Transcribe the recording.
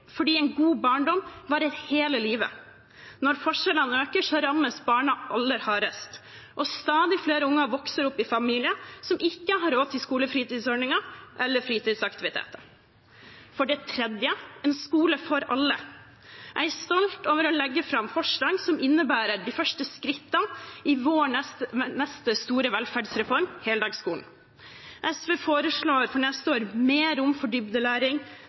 fordi en god barndom varer hele livet. Når forskjellene øker, rammes barna aller hardest, og stadig flere barn vokser opp i familier som ikke har råd til skolefritidsordning eller fritidsaktiviteter. en skole for alle. Jeg er stolt over å legge fram forslag som innebærer de første skrittene i vår neste store velferdsreform, heldagsskolen. SV foreslår for neste år mer rom for dybdelæring,